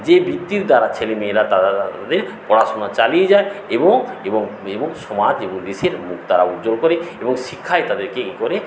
যে বৃত্তির দ্বারা ছেলে মেয়েরা তারা তাদের পড়াশোনা চালিয়ে যায় এবং এবং এবং সমাজ এবং দেশের মুখ তারা উজ্জ্বল করে এবং শিক্ষায় তাদেরকে কী করে